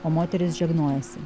o moterys žegnojasi